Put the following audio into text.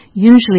Usually